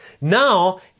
Now